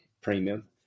premium